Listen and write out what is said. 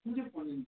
कुन चाहिँ नि फोन हो नि